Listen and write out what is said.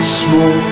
small